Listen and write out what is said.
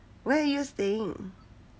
where are you staying